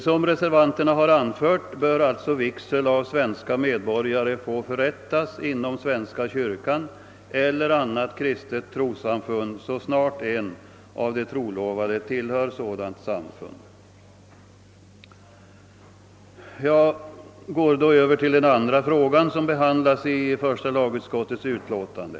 Som reservanterna har anfört bör alltså vigsel av svensk medborgare få förrättas inom svenska kyrkan eller annat kristet trossamfund så snart en av de trolovade tillhör sådant samfund. Jag övergår då till den andra fråga som behandlas i första lagutskottets utlåtande.